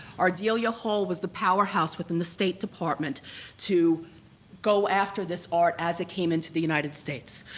ardelia hall was the powerhouse within the state department to go after this art as it came into the united states.